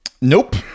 Nope